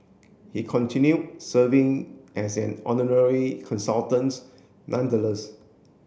he continue serving as an honorary consultants nonetheless